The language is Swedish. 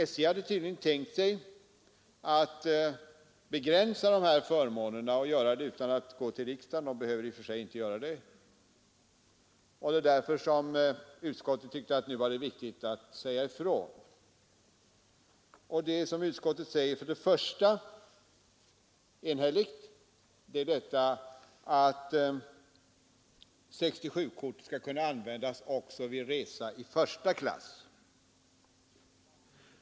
SJ har tydligen tänkt sig att begränsa de här förmånerna utan att gå till riksdagen — vilket är i enlighet med praxis — och det är därför utskottet tyckte att nu var det riktigt att säga ifrån. Först och främst säger utskottet enhälligt att 67-kortet skall kunna användas också vid resa i första klass.